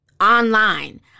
online